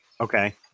Okay